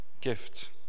gift